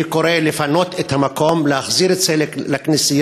אני קורא לפנות את המקום, להחזיר את זה לכנסייה.